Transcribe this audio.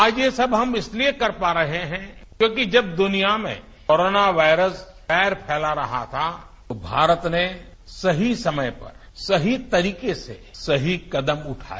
आज ये सब हम इसलिए कर पा रहे हैं क्योंकि जब दुनिया में कोरोना वायरस पैर फैला रहा था तो भारत ने सही समय पर सही तरीके से सही कदम उठाए